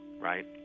Right